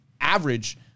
average